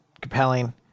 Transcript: compelling